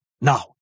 Now